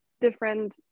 different